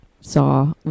saw